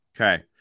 Okay